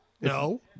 No